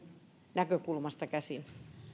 näkökulmasta käsin